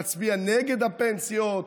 נצביע נגד הפנסיות,